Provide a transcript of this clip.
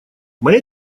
моя